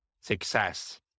success